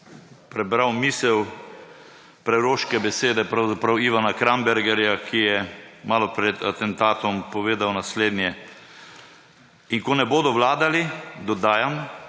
pravzaprav preroške besede Ivana Krambergerja, ki je malo pred atentatom povedal naslednje: »In ko ne bodo vladali, dodajam,